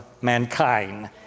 mankind